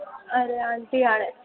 अड़े आंटी हाणे